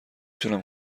تونم